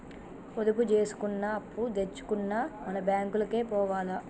పొదుపు జేసుకున్నా, అప్పుదెచ్చుకున్నా మన బాంకులకే పోవాల